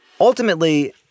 Ultimately –